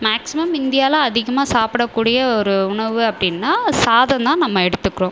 maximum இந்தியாவில் அதிகமாக சாப்பிடக்கூடிய ஒரு உணவு அப்படின்னா சாதம் தான் நம்ம எடுத்துக்குறோம்